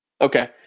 okay